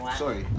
sorry